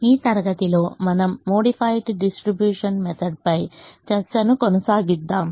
ఈ తరగతిలో మనము మోడిఫైడ్ డిస్ట్రిబ్యూషన్ మెథడ్ పై చర్చను కొనసాగిద్దాం